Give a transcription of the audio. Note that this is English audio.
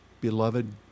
beloved